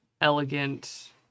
elegant